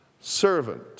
servant